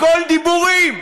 הכול דיבורים.